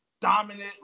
dominant